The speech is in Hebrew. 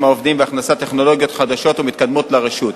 העובדים והכנסת טכנולוגיות חדשות ומתקדמות לרשות.